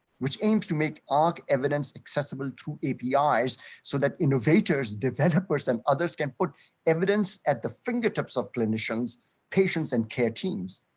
which aims to make our evidence accessible through api's so that innovators developers and others can put evidence at the fingertips of clinicians patients and care teams.